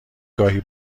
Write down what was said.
گاهی